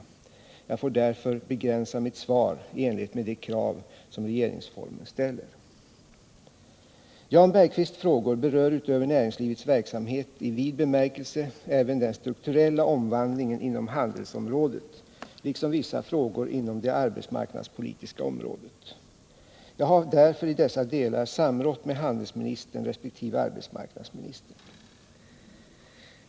Jag av NK/Åhléns får därför begränsa mitt svar i enlighet med de krav som regeringsformen = beslut att flytta ställer. ekonomidriften från Jan Bergqvists frågor berör utöver näringslivets verksamhet i vid be — Göteborg märkelse även den strukturella omvandlingen inom handelsområdet liksom vissa frågor inom det arbetsmarknadspolitiska området. Jag har därför i dessa delar samrått med handelsministern resp. arbetsmarknadsministern.